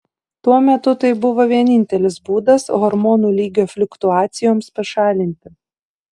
tuo metu tai buvo vienintelis būdas hormonų lygio fliuktuacijoms pašalinti